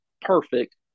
perfect